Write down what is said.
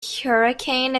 hurricane